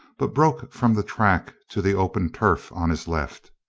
but broke from the track to the open turf on his left.